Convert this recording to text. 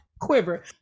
quiver